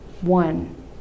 One